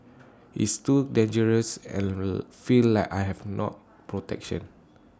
it's too dangerous and feel like I have no protection